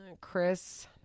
Chris